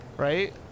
Right